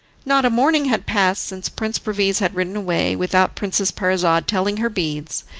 not a morning had passed since prince perviz had ridden away without princess parizade telling her beads,